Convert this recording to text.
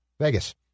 Vegas